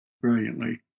brilliantly